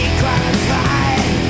qualified